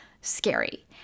scary